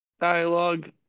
dialogue